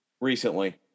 recently